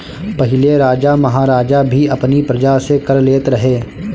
पहिले राजा महाराजा भी अपनी प्रजा से कर लेत रहे